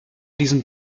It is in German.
diesen